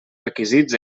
requisits